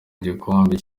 igikombe